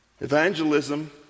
Evangelism